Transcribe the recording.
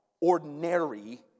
ordinary